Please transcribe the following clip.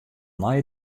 nei